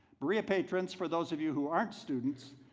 berea patrons, for those of you who aren't students,